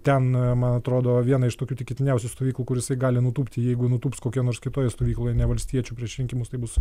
ten man atrodo viena iš tokių tikėtiniausių stovyklų kur jisai gali nutūpti jeigu nutūps kokioj nors kitoj stovykloj ne valstiečių prieš rinkimus tai bus